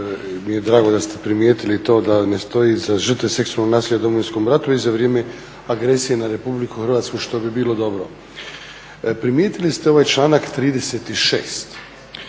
mi je drago da ste primijetili to da ne stoji iza žrtve seksualnog nasilja u Domovinskom ratu i za vrijeme agresije na Republiku Hrvatsku što bi bilo dobro. Primijetili ste ovaj članak 36.,